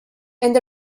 and